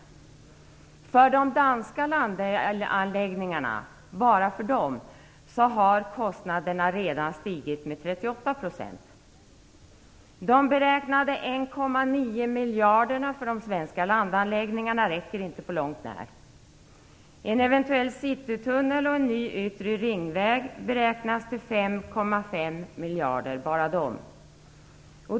Bara för de danska anläggningarna har kostnaderna redan stigit med 38 %. De beräknade 1,9 miljarderna för de svenska landanläggningarna räcker inte på långt när. Kostnaderna för enbart en eventuell citytunnel och en ny yttre ringväg beräknas till 5,5 miljarder.